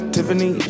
Tiffany